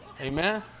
Amen